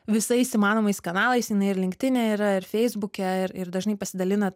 visais įmanomais kanalais jinai ir linktine yra ir feisbuke ir ir dažnai pasidalina